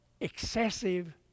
excessive